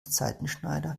seitenschneider